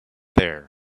there